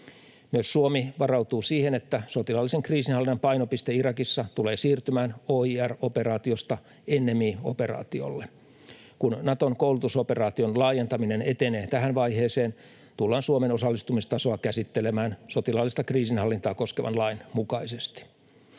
Myös Suomi varautuu siihen, että sotilaallisen kriisinhallinnan painopiste Irakissa tulee siirtymään OIR-operaatiosta NMI-operaatiolle. Kun Naton koulutusoperaation laajentaminen etenee tähän vaiheeseen, tullaan Suomen osallistumistasoa käsittelemään sotilaallista kriisinhallintaa koskevan lain mukaisesti.